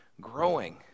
growing